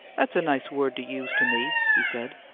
that's a nice word to use to me! he said.